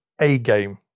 A-game